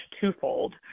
twofold